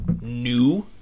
new